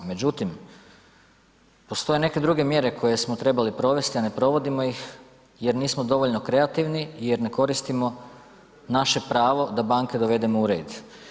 Međutim, postoje neke druge mjere koje smo trebali provesti, a ne provodimo ih jer nismo dovoljno kreativni jer ne koristimo naše pravo da banke dovedemo u red.